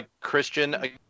Christian